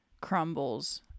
crumbles